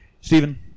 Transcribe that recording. Stephen